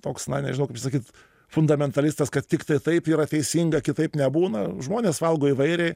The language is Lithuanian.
toks na nežinau kaip sakyt fundamentalistas kad tiktai taip yra teisinga kitaip nebūna žmonės valgo įvairiai